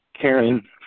Karen